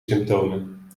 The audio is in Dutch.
symptomen